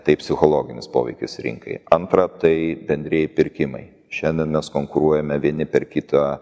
tai psichologinis poveikis rinkai antra tai bendrieji pirkimai šiandien mes konkuruojame vieni per kitą